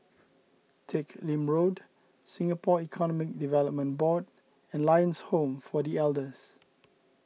Teck Lim Road Singapore Economic Development Board and Lions Home for the Elders